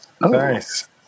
Nice